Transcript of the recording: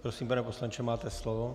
Prosím, pane poslanče, máte slovo.